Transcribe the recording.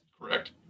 Correct